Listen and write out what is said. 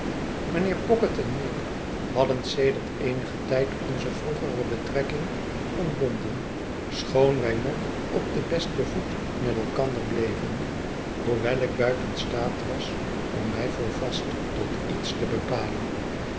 mijnheer pocket en ik hadden sedert eenigen tijd onze vroegere betrekking ontbonden schoon wij nog op den besten voet met elkander bleven hoewel ik buiten staat was om mij voor vast tot iets te bepalen